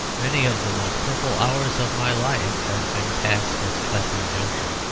many of the most purple hours of my life have been passed at clapham junction,